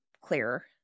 clearer